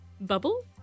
Bubble